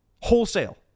wholesale